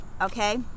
Okay